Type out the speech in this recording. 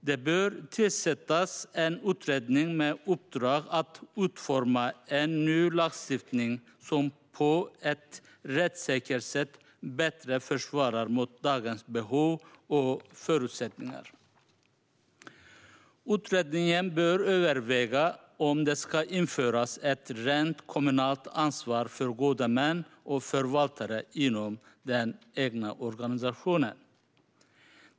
Det bör tillsättas en utredning med uppdrag att utforma en ny lagstiftning som på ett rättssäkert sätt bättre svarar mot dagens behov och förutsättningar. Utredningen bör överväga om det ska införas ett rent kommunalt ansvar för gode män och förvaltare inom den egna organisationen.